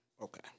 Okay